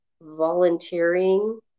volunteering